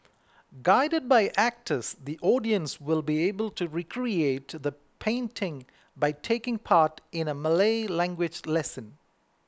guided by actors the audience will be able to recreate the painting by taking part in a Malay language lesson